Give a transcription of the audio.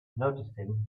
noticing